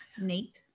Nate